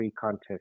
contest